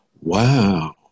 wow